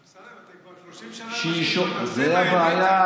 אמסלם, אתם כבר 30 שנה בכנסת, זו הבעיה.